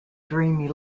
dreamy